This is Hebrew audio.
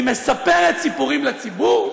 היא מספרת סיפורים לציבור,